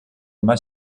más